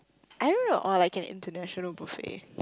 I don't know or like an international buffet